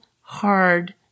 hard